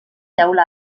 teula